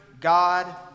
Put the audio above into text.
God